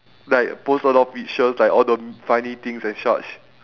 like post a lot of pictures like all the funny things and such